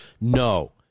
no